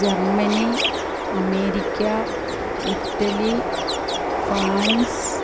Germany America Italy France